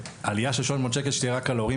עלייה של 300 שקל שתהייה רק על הורים,